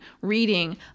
reading